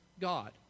God